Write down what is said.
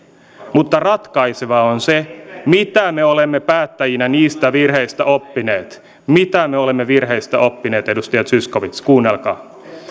mutta ratkaisevaa on se mitä me olemme päättäjinä niistä virheistä oppineet mitä me olemme virheistä oppineet edustaja zyskowicz kuunnelkaa